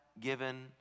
given